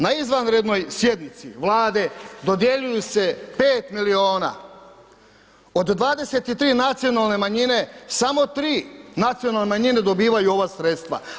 Na izvanrednoj sjednici Vlade dodjeljuju se pet milijuna, od 23 nacionalne manjine samo tri nacionalne manjine dobivaju ova sredstva.